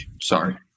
Sorry